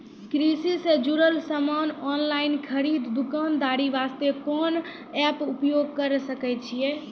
कृषि से जुड़ल समान ऑनलाइन खरीद दुकानदारी वास्ते कोंन सब एप्प उपयोग करें सकय छियै?